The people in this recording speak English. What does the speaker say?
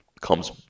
comes